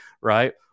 right